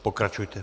Pokračujte.